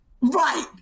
Right